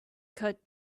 cut